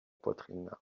poitrines